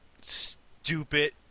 stupid